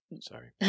Sorry